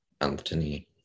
Anthony